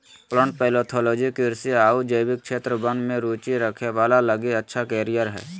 plant pathology कृषि आऊ जैविक क्षेत्र वन में रुचि रखे वाला लगी अच्छा कैरियर हइ